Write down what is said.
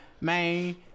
man